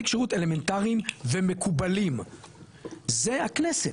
כשירות אלמנטריים ומקובלים זה הכנסת.